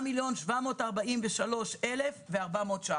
8,743,400 ש"ח.